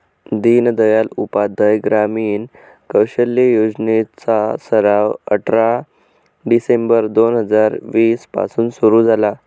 दीनदयाल उपाध्याय ग्रामीण कौशल्य योजने चा सराव अठरा डिसेंबर दोन हजार वीस पासून सुरू झाला